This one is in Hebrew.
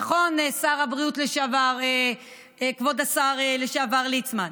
נכון, שר הבריאות לשעבר, כבוד השר לשעבר, ליצמן?